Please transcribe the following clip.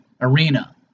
arena